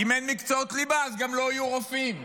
אם אין מקצועות ליבה, גם לא יהיו רופאים.